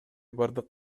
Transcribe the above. бардык